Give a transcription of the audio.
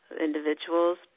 individuals